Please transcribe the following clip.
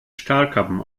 stahlkappen